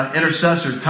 intercessor